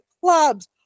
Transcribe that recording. clubs